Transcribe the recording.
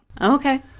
Okay